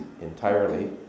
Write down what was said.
entirely